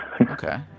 Okay